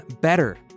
better